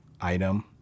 item